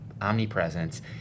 omnipresence